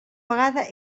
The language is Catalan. vegada